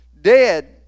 dead